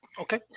Okay